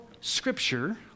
scripture